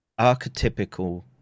archetypical